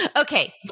Okay